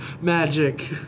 magic